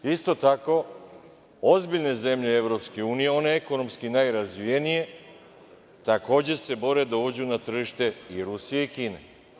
Isto tako, ozbiljne zemlje EU, one ekonomski najrazvijenije, takođe se bore da uđu na tržište i Rusije i Kine.